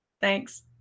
Thanks